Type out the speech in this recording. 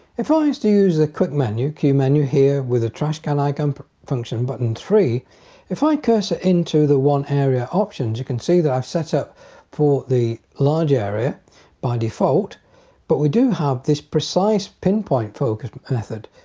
if i used to use the quick menu q menu menu here with a trash can icon function button three if i cursor it into the one area options you can see that i've set up for the large area by default but we do have this precise pinpoint focused method.